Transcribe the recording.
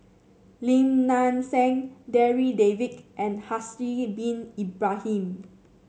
Lim Nang Seng Darryl David and Haslir Bin Ibrahim